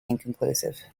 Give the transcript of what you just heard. inconclusive